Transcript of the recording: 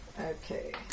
Okay